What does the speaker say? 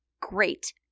great